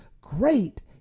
Great